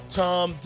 tom